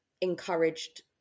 encouraged